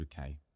100k